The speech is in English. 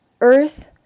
earth